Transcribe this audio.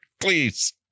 please